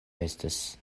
estas